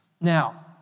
Now